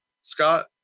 Scott